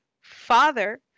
father